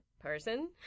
person